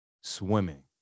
swimming